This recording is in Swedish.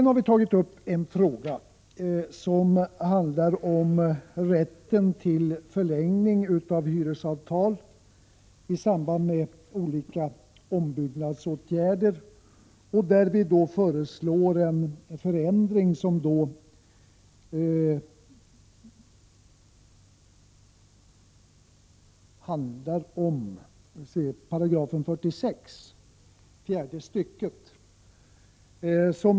Vi har också tagit upp en fråga som handlar om rätt till förlängning av hyresavtal i samband med olika ombyggnadsåtgärder. Det gäller 46 § fjärde stycket.